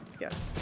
Yes